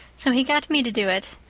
so he got me to do it.